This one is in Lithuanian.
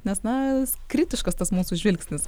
nes na kritiškas tas mūsų žvilgsnis